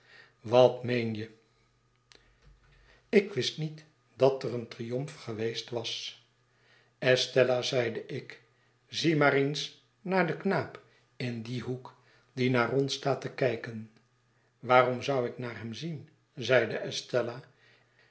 wat meen je ik wist niet dat er een triomf geweest was estella zeide ik zie maar eens naar den knaap in dien hoek die naar ons staat te kijken waarom zou ik naar hem zien zeide estella